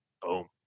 Boom